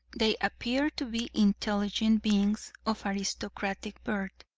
they appeared to be intelligent beings of aristocratic birth.